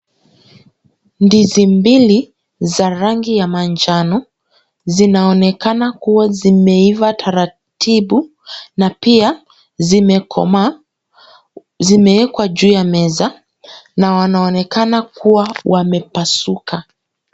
Ndizi mbili za rangi ya manjano zinaonekana kuwa zimeiva taratibu na pia zimekomaa. Zimewekwa juu ya meza na wanaonekana kuwa wamepasuka.